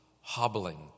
hobbling